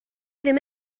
ddim